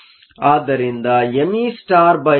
ಆದ್ದರಿಂದ meme 0